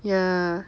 ya